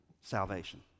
Salvation